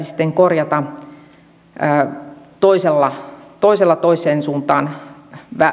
sitten korjata toisella toisella toiseen suuntaan